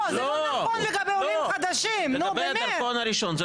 זה לא נכון לגבי הדרכון הראשון.